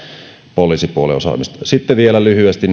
poliisipuolen osaamista sitten vielä lyhyesti